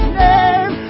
name